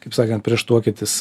kaip sakant prieš tuokiatis